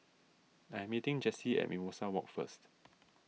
I am meeting Jessy at Mimosa Walk first